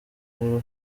rero